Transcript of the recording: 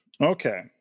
Okay